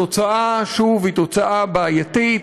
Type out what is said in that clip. התוצאה, שוב, היא תוצאה בעייתית,